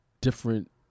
different